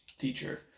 Teacher